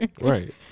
Right